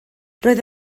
roedd